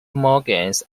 mortgage